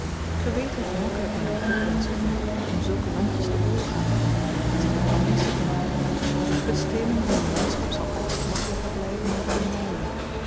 ge weet hoe gemakkelyk men een voorwendsel vindt om zulke landjes den oorlog aantedoen en zich daarvan meester te maken het stelen van een landschap zal altyd makkelyker blyven dan van een molen